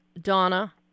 Donna